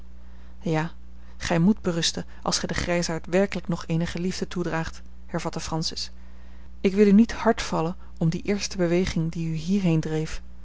ja gij moet berusten als gij den grijsaard werkelijk nog eenige liefde toedraagt hervatte francis ik wil u niet hard vallen om die eerste beweging die u hierheen dreef